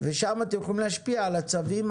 ושם אתם יכולים להשפיע על הצווים,